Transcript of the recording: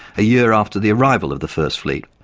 a year after the arrival of the first fleet,